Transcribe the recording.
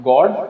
God